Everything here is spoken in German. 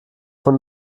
von